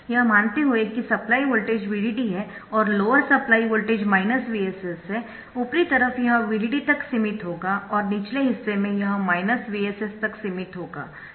यह मानते हुए कि सप्लाई वोल्टेज VDD है और लोअर सप्लाई वोल्टेज VSS है ऊपरी तरफ यह VDD तक सीमित होगा और निचले हिस्से में यह VSS तक सीमित होगा